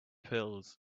pills